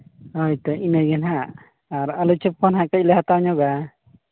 ᱦᱳᱭᱛᱳ ᱤᱱᱟᱹᱜᱮ ᱱᱟᱦᱟᱸᱜ ᱟᱨ ᱟᱹᱞᱩ ᱪᱚᱯ ᱠᱚ ᱱᱟᱦᱟᱸᱜ ᱠᱟᱹᱡ ᱞᱮ ᱦᱟᱛᱟᱣ ᱧᱚᱜᱼᱟ